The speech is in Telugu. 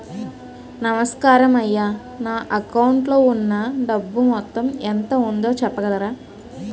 నమస్కారం అయ్యా నా అకౌంట్ లో ఉన్నా డబ్బు మొత్తం ఎంత ఉందో చెప్పగలరా?